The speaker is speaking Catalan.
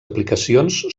aplicacions